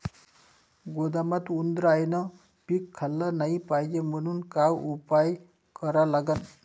गोदामात उंदरायनं पीक खाल्लं नाही पायजे म्हनून का उपाय करा लागन?